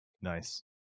Nice